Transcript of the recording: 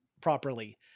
properly